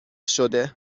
شده